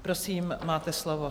Prosím, máte slovo.